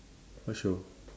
what show